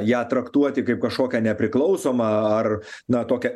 ją traktuoti kaip kažkokią nepriklausomą ar na tokią